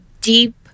deep